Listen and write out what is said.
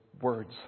words